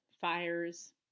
fires